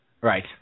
Right